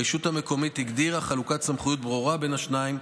הרשות המקומית הגדירה חלוקת סמכויות ברורה בין השניים,